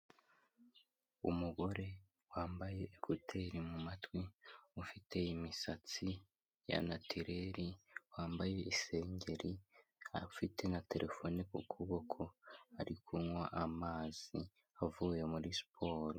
Umugore wambaye ekuteri mu matwi. Ufite imisatsi ya natireri, wambaye isengeri afite na terefone ku kuboko, ari kunywa amazi avuye muri siporo.